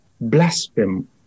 blaspheme